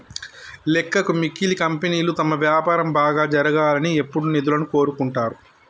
లెక్కకు మిక్కిలి కంపెనీలు తమ వ్యాపారం బాగా జరగాలని ఎప్పుడూ నిధులను కోరుకుంటరు